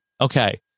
Okay